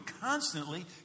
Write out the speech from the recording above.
constantly